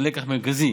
כלקח מרכזי